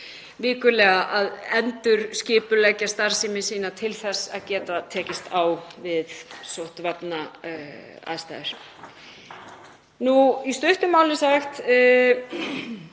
vikulega að endurskipuleggja starfsemi sína til að geta tekist á við sóttvarnaaðstæður. Í stuttu máli sagt